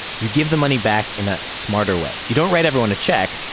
you give the money back in a smarter way. you don't write everyone a check.